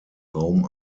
raum